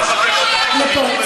שאורן חזן מתנצל בפני הציבור.